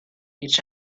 each